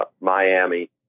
Miami